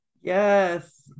Yes